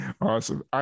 Awesome